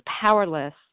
powerless